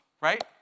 right